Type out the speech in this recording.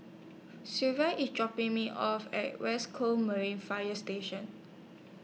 Sylvia IS dropping Me off At West Coast Marine Fire Station